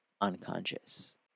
unconscious